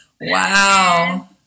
Wow